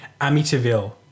Amityville